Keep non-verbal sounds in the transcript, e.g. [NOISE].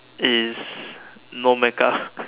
is no make up [LAUGHS]